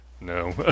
No